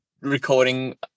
recording